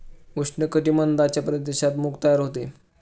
उष्ण कटिबंधाच्या प्रदेशात मूग तयार होते